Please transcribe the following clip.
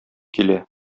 килә